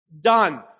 Done